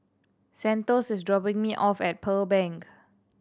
Santos is dropping me off at Pearl Bank